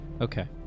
Okay